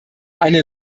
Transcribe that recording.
eine